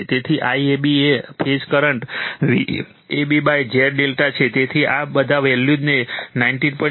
તેથી IAB એ phase current VabZ∆ છે તેથી આ બધા વેલ્યુઝને 19